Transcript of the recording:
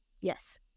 yes